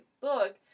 book